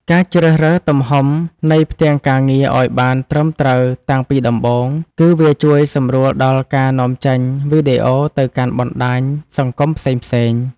ការជ្រើសរើសទំហំនៃផ្ទាំងការងារឱ្យបានត្រឹមត្រូវតាំងពីដំបូង គឺ វាជួយសម្រួលដល់ការនាំចេញវីដេអូទៅកាន់បណ្តាញសង្គមផ្សេងៗ។